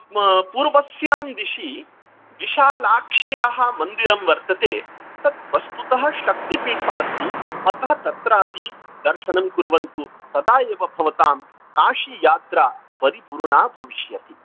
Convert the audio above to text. पूर्वस्यां दिशि विशालाक्ष्याः मन्दिरं वर्तते तत् वस्तुतः शक्तिपीठमस्ति अतः तत्रापि दर्शनं कुर्वन्तु तदा एव भवतां काशी यात्रा परिपूर्णा भविष्यति